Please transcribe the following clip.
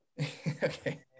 Okay